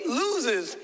loses